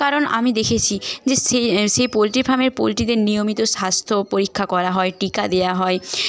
কারণ আমি দেখেছি যে সে সেই পোলট্রি ফার্মের পোলট্রিদের নিয়মিত স্বাস্থ্য পরীক্ষা করা হয় টিকা দেওয়া হয়